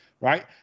right